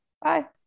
Bye